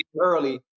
early